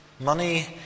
Money